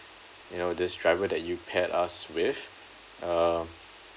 you know this driver that you paired us with uh